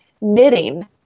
knitting